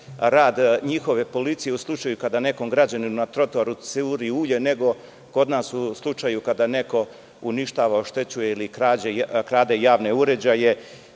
rad njihove policije u slučaju kada nekom građaninu na trotoaru se uvodi ulje, nego kod nas u slučaju kada neko uništava, oštećuje ili krade javne uređaje